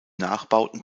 nachbauten